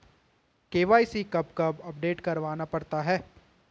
KYC कब कब update करवाना पड़ता है?